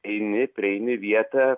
eini prieini vietą